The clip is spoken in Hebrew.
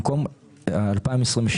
במקום "2022"